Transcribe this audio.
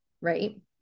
right